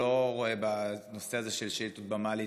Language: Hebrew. לא רואה בנושא הזה של שאילתות במה להתנגחות.